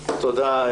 תודה.